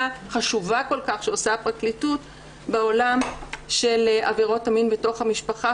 חשובה כל כך שעושה הפרקליטות בעולם של עבירות המין בתוך המשפחה,